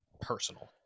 personal